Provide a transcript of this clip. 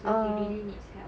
so he really needs help